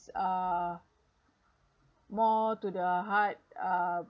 uh more to the high uh